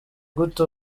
gute